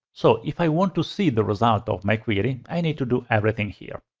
so if i want to see the result of my query, i need to do everything here.